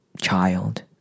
child